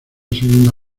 segunda